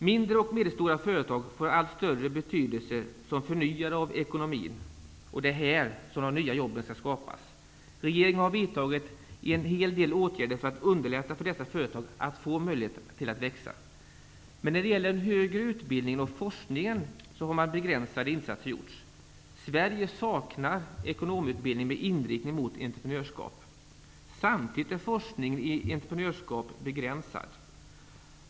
Mindre och medelstora företag får allt större betydelse som förnyare av ekonomin, och det är här som de nya jobben skall skapas. Regeringen har vidtagit en hel del åtgärder för att underlätta för dessa företag att växa. Men när det gäller den högre utbildningen och forskningen har begränsade insatser gjorts. Sverige saknar ekonomutbildning med inriktning mot entreprenörskap. Samtidigt är forskningen i entreprenörskap begränsad.